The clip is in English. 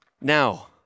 Now